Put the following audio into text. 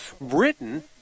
Britain